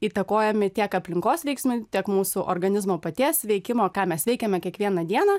įtakojami tiek aplinkos veiksmai tiek mūsų organizmo paties veikimo ką mes veikiame kiekvieną dieną